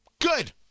Good